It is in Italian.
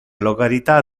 località